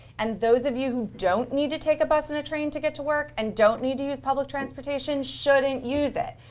and those of you who don't need to take a bus and a train to get to work and don't need to use public transportation transportation shouldn't use it,